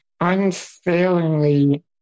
unfailingly